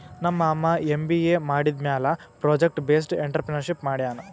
ನಮ್ ಮಾಮಾ ಎಮ್.ಬಿ.ಎ ಮಾಡಿದಮ್ಯಾಲ ಪ್ರೊಜೆಕ್ಟ್ ಬೇಸ್ಡ್ ಎಂಟ್ರರ್ಪ್ರಿನರ್ಶಿಪ್ ಮಾಡ್ಯಾನ್